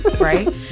right